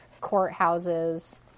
courthouses